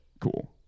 cool